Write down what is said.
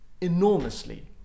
enormously